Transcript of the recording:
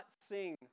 sing